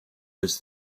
was